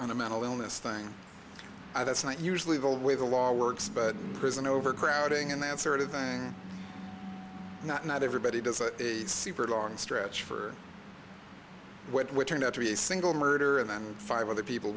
on a mental illness thing i that's not usually the way the law works but prison overcrowding and that sort of thing not not everybody does a seabird on stretch for what turned out to be a single murder and then five other people